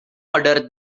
order